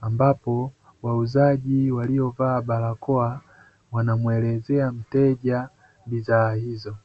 ambapo wauzaji waliovaa barakoa wanamuelezea mteja bidhaa hizo.